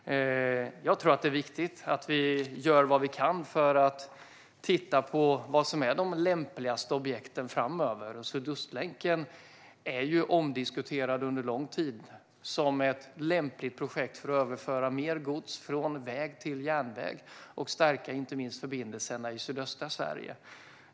Jag tror att det är viktigt att vi gör vad vi kan för att titta på vilka som är de lämpligaste objekten framöver. Sydostlänken har under lång tid varit omdiskuterad som ett lämpligt projekt för att överföra mer gods från väg till järnväg och inte minst för att stärka förbindelserna i sydöstra Sverige.